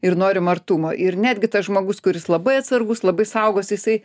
ir norim artumo ir netgi tas žmogus kuris labai atsargus labai saugosi jisai